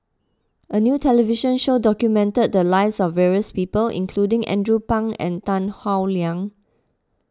a new television show documented the lives of various people including Andrew Phang and Tan Howe Liang